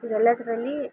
ಇವೆಲ್ಲದ್ರಲ್ಲಿ